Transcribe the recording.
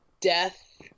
death